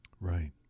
Right